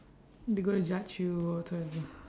they gonna judge you whatsoever